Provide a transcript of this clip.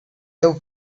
deu